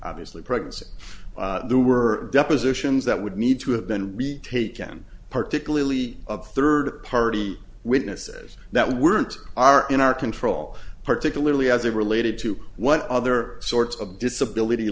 obviously pregnancy there were depositions that would need to have been retaken particularly of third party witnesses that weren't are in our control particularly as it related to what other sorts of disability